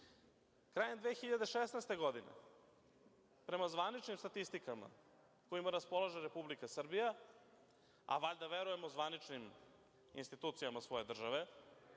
Krajem 2016. godine, prema zvaničnim statistikama kojima raspolaže Republika Srbija, a valjda verujemo zvaničnim institucijama svoje države,